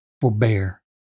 forbear